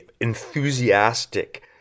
enthusiastic